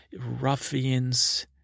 ruffian's